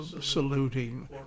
saluting